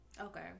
Okay